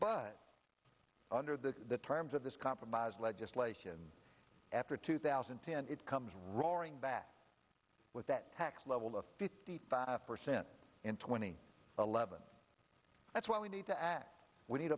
but under the terms of this compromise legislation after two thousand and ten it comes roaring back with that tax level of fifty five percent in twenty eleven that's why we need to act we need